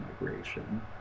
migration